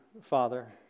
Father